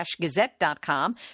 Gazette.com